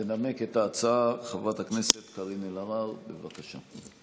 תנמק את ההצעה חברת הכנסת קארין אלהרר, בבקשה.